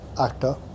actor